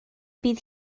bydd